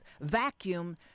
vacuum